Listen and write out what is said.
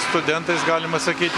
studentais galima sakyti